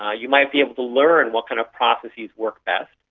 ah you might be able to learn what kind of processes work best.